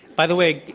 by the way,